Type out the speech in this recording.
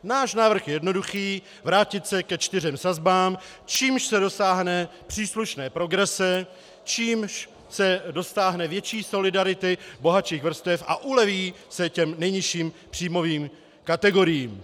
Náš návrh je jednoduchý: vrátit se ke čtyřem sazbám, čímž dosáhne příslušné progrese, čímž se dosáhne větší solidarity bohatších vrstev a uleví se těm nejnižším příjmovým kategoriím.